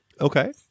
Okay